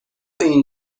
این